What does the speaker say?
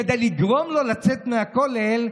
כדי לגרום לו לצאת מהכולל,